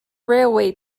railway